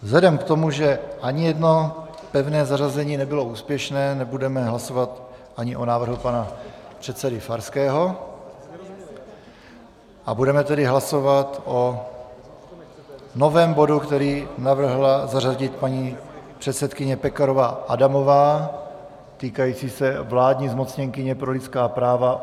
Vzhledem k tomu, že ani jedno pevné zařazení nebylo úspěšné, nebudeme hlasovat ani o návrhu pana předsedy Farského, a budeme tedy hlasovat o novém bodu, který navrhla zařadit paní předsedkyně Pekarová Adamová, týkajícím se vládní zmocněnkyně pro lidská práva.